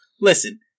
Listen